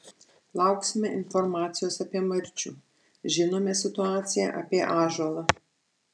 lauksime informacijos apie marčių žinome situaciją apie ąžuolą